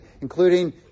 including